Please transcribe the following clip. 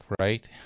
right